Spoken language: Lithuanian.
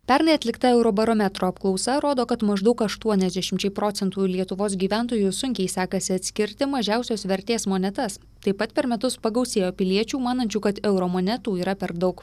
pernai atlikta eurobarometro apklausa rodo kad maždaug aštuoniasdešimčiai procentų lietuvos gyventojų sunkiai sekasi atskirti mažiausios vertės monetas taip pat per metus pagausėjo piliečių manančių kad euro monetų yra per daug